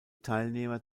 teilnehmer